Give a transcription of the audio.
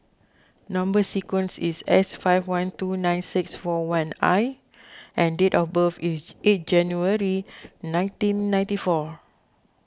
Number Sequence is S five one two nine six four one I and date of birth is eight January nineteen ninety four